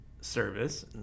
service